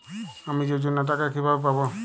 আমি যোজনার টাকা কিভাবে পাবো?